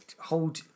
hold